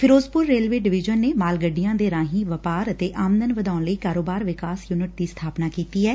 Firozpur railway division ਨੇ ਮਾਲ ਗੱਡੀਆਂ ਦੇ ਰਾਹੀ ਵਪਾਰ ਅਤੇ ਆਮਦਨ ਵਧਾਉਣ ਲਈ ਕਾਰੋਬਾਰ ਵਿਕਾਸ ਯੁਨਿਟ ਦੀ ਸਥਾਪਨਾ ਕੀਤੀ ਏ